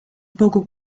poco